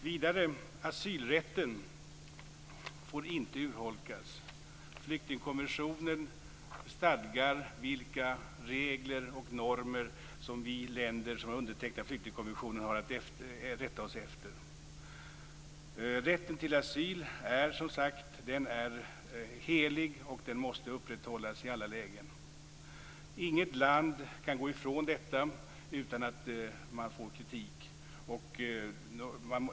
Vidare får asylrätten inte urholkas. Flyktingkonventionen stadgar vilka regler och normer som vi länder som har undertecknat flyktingkonventionen har att rätta oss efter. Rätten till asyl är helig och måste upprätthållas i alla lägen. Inget land kan gå ifrån detta utan att det får kritik.